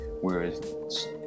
whereas